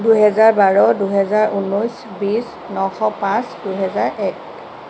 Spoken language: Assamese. দুহেজাৰ বাৰ দুহেজাৰ ঊনৈছ বিছ নশ পাঁচ দুহেজাৰ এক